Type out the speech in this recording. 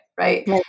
right